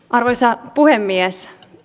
arvoisa puhemies